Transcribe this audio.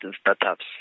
startups